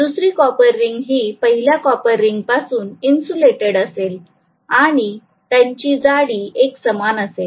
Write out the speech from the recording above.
दुसरी copper ring ही पहिल्या कॉपर रिंग पासून इन्सुलेटेड असेल आणि त्यांची जाडी एक समान असेल